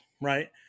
right